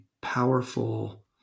powerful